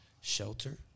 shelter